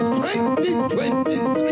2023